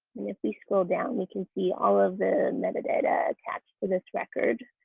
if we scroll down we can see all of the metadata attached to this record.